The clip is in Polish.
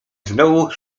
znowu